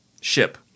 ship